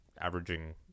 averaging